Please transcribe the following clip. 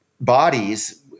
bodies